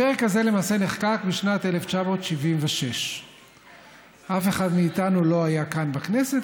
הפרק הזה למעשה נחקק בשנת 1976. אף אחד מאיתנו לא היה כאן בכנסת,